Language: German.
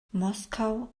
moskau